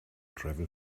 travel